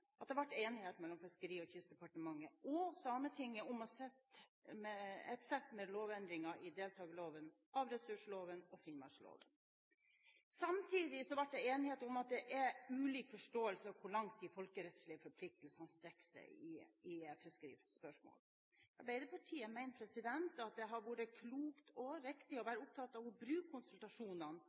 at det den 1. mai 2011 ble enighet mellom Fiskeri- og kystdepartementet og Sametinget om et sett med lovendringer i deltakerloven, havressursloven og finnmarksloven. Samtidig ble det enighet om at det er ulik forståelse av hvor langt de folkerettslige forpliktelsene strekker seg i fiskerispørsmål. Arbeiderpartiet mener at det har vært klokt og riktig å være opptatt av å bruke konsultasjonene